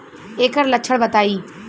एकर लक्षण बताई?